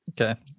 Okay